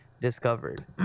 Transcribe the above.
discovered